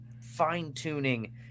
fine-tuning